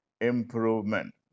improvement